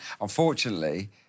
unfortunately